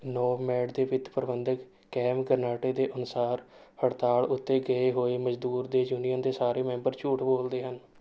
ਨੋਵਮੈਡ ਦੇ ਵਿੱਤ ਪ੍ਰਬੰਧਕ ਕੈਮ ਗਰਨਾਟੇ ਦੇ ਅਨੁਸਾਰ ਹੜਤਾਲ ਉੱਤੇ ਗਏ ਹੋਏ ਮਜ਼ਦੂਰ ਦੇ ਯੂਨੀਅਨ ਦੇ ਸਾਰੇ ਮੈਂਬਰ ਝੂਠ ਬੋਲਦੇ ਹਨ